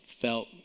felt